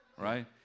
right